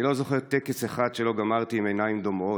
אני לא זוכר טקס אחד שלא גמרתי עם עיניים דומעות,